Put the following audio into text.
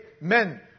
men